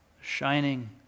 shining